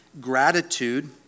gratitude